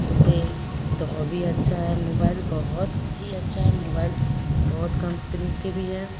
उसे तो और भी अच्छा है मोबाइल बहुत ही अच्छा है मोबाइल बहुत कम्पनी के भी हैं